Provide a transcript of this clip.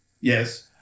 Yes